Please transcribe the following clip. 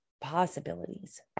possibilities